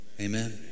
Amen